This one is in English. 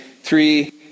three